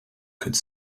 could